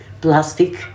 plastic